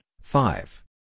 Five